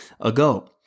ago